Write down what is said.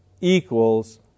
equals